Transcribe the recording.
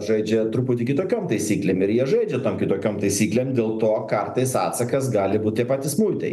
žaidžia truputį kitokiom taisyklėm ir jie žaidžia tom kitokiom taisyklėm dėl to kartais atsakas gali būt tie patys muitai